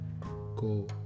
go